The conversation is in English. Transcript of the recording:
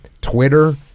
Twitter